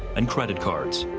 and credit cards.